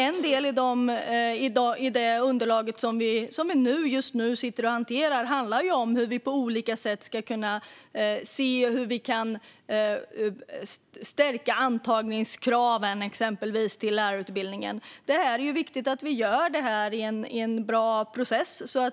En del i det underlag som vi nu hanterar handlar om hur vi på olika sätt ska kunna stärka antagningskraven till lärarutbildningen. Det är viktigt att vi gör detta i en bra process.